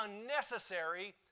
unnecessary